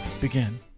begin